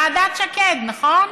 ועדת שקד, נכון?